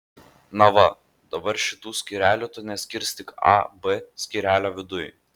na va dabar šitų skyrelių tu neskirstyk a b skyrelio viduj